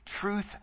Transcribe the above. truth